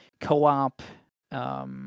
co-op